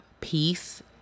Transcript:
peace